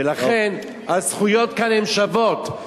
ולכן הזכויות כאן הן שוות,